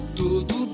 tudo